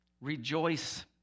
rejoice